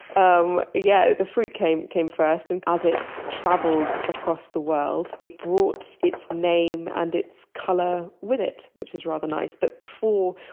um yeah. the fruit came came first and as it traveled across the world, it brought its name and its color with it, which is rather nice. but before,